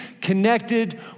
connected